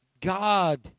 God